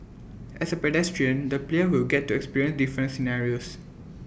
as A pedestrian the player will get to experience different scenarios